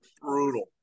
brutal